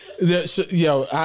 Yo